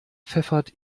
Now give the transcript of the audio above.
pfeffert